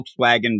Volkswagen